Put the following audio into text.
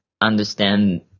understand